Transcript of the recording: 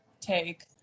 take